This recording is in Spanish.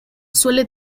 suele